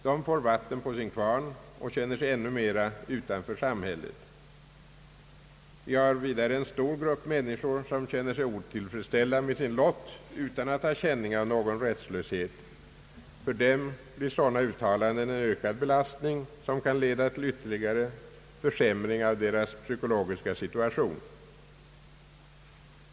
De får vatten på sin kvarn och känner sig ännu mer utanför samhället. Vi har vidare en stor grupp människor som känner sig otillfredsställda med sin lott utan att ha känning av någon rättslöshet. För dem blir sådana uttalanden en ökad belastning, som kan leda till ytterligare försämring av deras psykologiska situation.